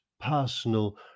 personal